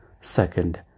Second